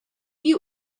you